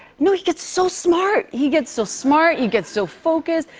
no, he gets so smart. he gets so smart. he gets so focused.